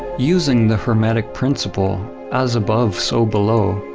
using the hermetic principle as above so below,